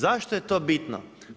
Zašto je to bitno?